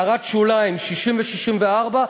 הערות שוליים 60 ו-64,